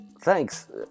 Thanks